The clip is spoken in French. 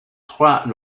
trois